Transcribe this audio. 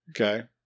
Okay